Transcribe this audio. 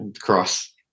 cross